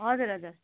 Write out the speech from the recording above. हजुर हजुर